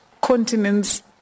continents